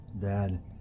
Dad